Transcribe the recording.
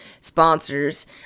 sponsors